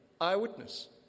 Eyewitness